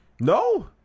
No